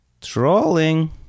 Trolling